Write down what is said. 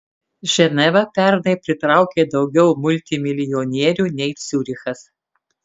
ženeva pernai pritraukė daugiau multimilijonierių nei ciurichas